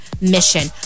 mission